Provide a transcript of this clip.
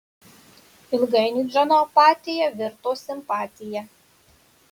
ilgainiui džono apatija virto simpatija